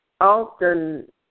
often